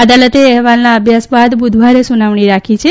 અદાલતે અહેવાલના અભ્યાસ બાદ બુધવારે સુનાવણી રાખી છે